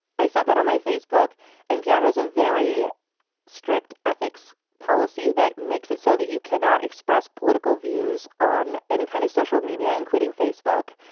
i said that on my facebook npr has a very strict ethics policy that makes it so that you cannot express political views on any kind of social media including facebook.